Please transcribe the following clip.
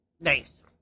Nice